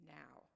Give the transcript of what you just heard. now